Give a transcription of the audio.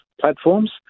platforms